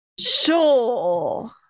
Sure